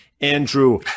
Andrew